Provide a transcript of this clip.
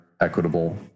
equitable